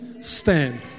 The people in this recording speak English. Stand